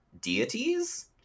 deities